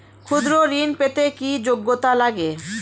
ক্ষুদ্র ঋণ পেতে কি যোগ্যতা লাগে?